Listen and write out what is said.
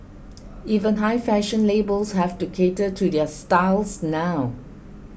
even high fashion labels have to cater to their styles now